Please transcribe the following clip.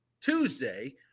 Tuesday